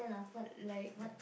like